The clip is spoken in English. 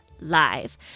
live